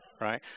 right